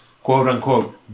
Quote-unquote